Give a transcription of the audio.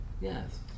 Yes